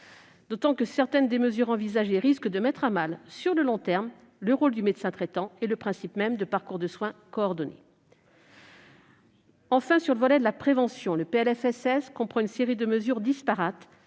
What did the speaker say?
d'autant que certains des dispositifs envisagés risquent de mettre à mal, sur le long terme, le rôle du médecin traitant et le principe même de parcours de soins coordonnés. Très juste ! Enfin, dans le domaine de la prévention, le PLFSS comprend une série de mesures disparates,